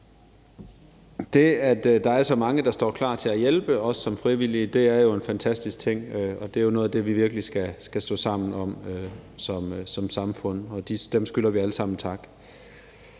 Det, at der er så mange, der står klar til at hjælpe, også som frivillige, er jo en fantastisk ting, og det er jo noget af det, vi virkelig skal stå sammen om som samfund, og dem skylder vi alle sammen en tak.